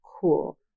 cool